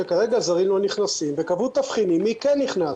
שכרגע זרים לא נכנסים וקבעו תבחינים מי כן נכנס.